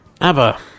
ABBA